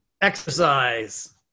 Exercise